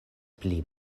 pli